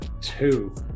two